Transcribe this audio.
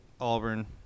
Auburn